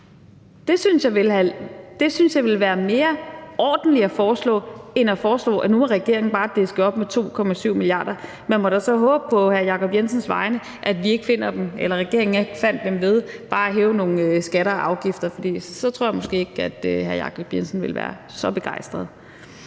Det synes jeg ville være mere ordentligt at foreslå end at foreslå, at nu må regeringen bare diske op med 2,7 mia. kr. Man må da så håbe på hr. Jacob Jensens vegne, at regeringen ikke finder dem ved bare at hæve nogle skatter og afgifter, for så tror jeg måske ikke, at hr. Jacob Jensen ville være så begejstret.